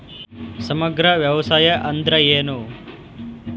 ಸಮಗ್ರ ವ್ಯವಸಾಯ ಅಂದ್ರ ಏನು?